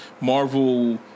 Marvel